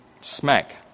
smack